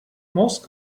most